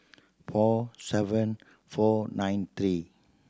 four seven four nine three